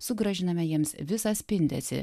sugrąžiname jiems visą spindesį